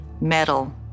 Metal